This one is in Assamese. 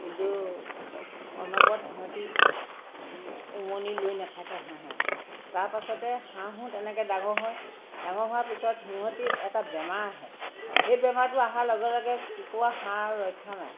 কিন্তু অনবৰত সিহঁতে উমনি লৈ নাথাকে হাঁহে তাৰপাছতে হাঁহো তেনেকৈ ডাঙৰ হয় ডাঙৰ হোৱাৰ পিছত সিহঁতে এটা বেমাৰ আহে সেই বেমাৰটো অহাৰ লগে লগে কুকুৰা হাঁহ আৰু ৰক্ষা নাই